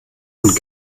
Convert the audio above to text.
und